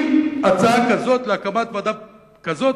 אם הצעה כזאת להקמת ועדה כזאת,